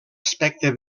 aspecte